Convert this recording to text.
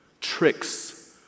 tricks